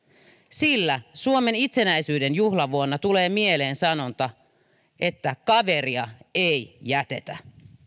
sillä suomen itsenäisyyden juhlavuonna tulee mieleen sanonta kaveria ei jätetä